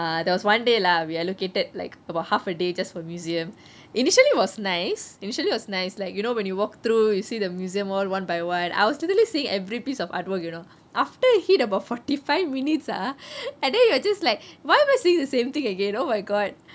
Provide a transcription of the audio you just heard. uh there was one day lah we allocated like about half a day just for museum initially was nice initially was nice like you know when you walk through you see the museum all one by one I was literally seeing every piece of artwork you know after hit about forty five minutes ah and then you are just like why am I seeing the same thing again oh my god